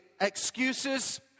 excuses